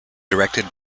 directed